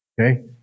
Okay